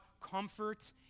Comfort